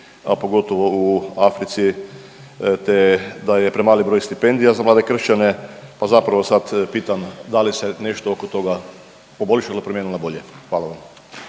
pogotovo u Africi, te da je premali broj stipendija za mlade kršćane, pa zapravo sad pitam da li se nešto oko toga poboljšalo i promijenilo na bolje? Hvala vam.